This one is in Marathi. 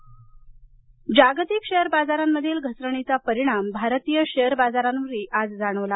शेअर बाजार जागतिक शेअर बाजारांमधील घसरणीचा परिणाम भारतीय शेअर बाजारांवरही जाणवला